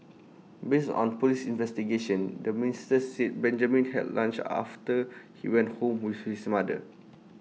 based on Police investigations the minister said Benjamin had lunch after he went home with his mother